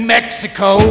Mexico